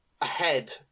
ahead